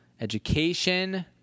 Education